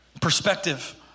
perspective